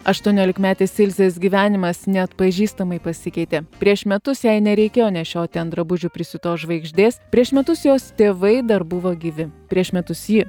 aštuoniolikmetės ilzės gyvenimas neatpažįstamai pasikeitė prieš metus jai nereikėjo nešioti ant drabužių prisiūtos žvaigždės prieš metus jos tėvai dar buvo gyvi prieš metus ji